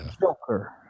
Joker